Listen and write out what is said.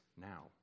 now